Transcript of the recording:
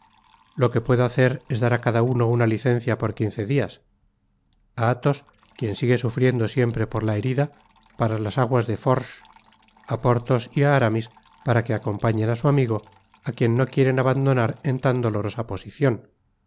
lo que puedo hacer es dar á cada uno una licencia por quince dias a athos quien sigue sufriendo siempre por la herida para las aguas de forges y á porthos y á aramis para que acompañen á su amigo á quien no quieren abandonar en tan dolorosa posicion